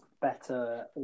better